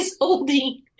holding